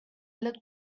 looked